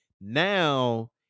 now